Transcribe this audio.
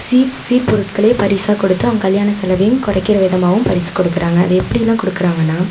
சீர் சீர் பொருட்களே பரிசாக கொடுத்து அவங்க கல்யாண செலவையும் குறைக்கிற விதமாகவும் பரிசு கொடுக்கிறாங்க அது எப்படிலாம் கொடுக்கிறாங்கன்னா